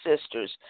sisters